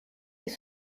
des